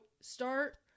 start